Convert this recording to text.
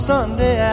Sunday